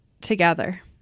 together